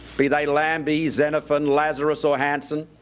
be they lambie, xenophon, lazarus or hansen,